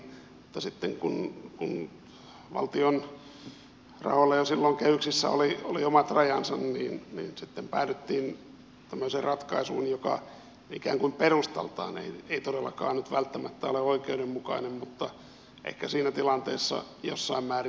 mutta sitten kun valtion rahoilla jo silloin kehyksissä oli omat rajansa päädyttiin tämmöiseen ratkaisuun joka ikään kuin perustaltaan ei todellakaan nyt välttämättä ole oikeudenmukainen mutta ehkä siinä tilanteessa jossain määrin tarkoituksenmukainen